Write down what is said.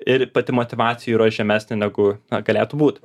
ir pati motyvacija yra žemesnė negu na galėtų būt